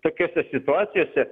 tokiose situacijose